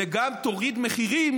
וגם תוריד מחירים.